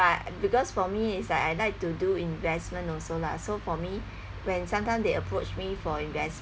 but because for me it's like I like to do investment also lah so for me when sometime they approach me for invest